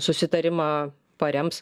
susitarimą parems